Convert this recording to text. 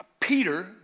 Peter